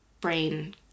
brain